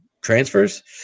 transfers